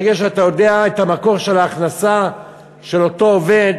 ברגע שאתה יודע את המקור של ההכנסה של אותו עובד,